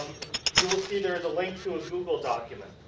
you will see there is a link to a google document.